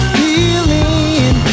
healing